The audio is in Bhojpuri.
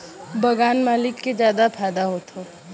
बगान मालिक के जादा फायदा होत रहे